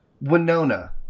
Winona